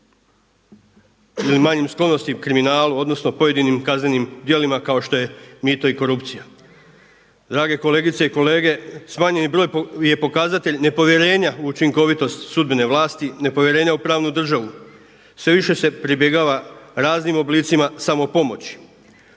ili manjim sklonostima kriminalu, odnosno pojedinim kaznenim djelima kao što je mito i korupcija. Drage kolegice i kolege, smanjeni broj je pokazatelj nepovjerenja u učinkovitost sudbene vlasti, nepovjerenja u pravnu državu. Sve više se pribjegava raznim oblicima samopomoći.